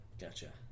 Gotcha